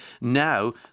Now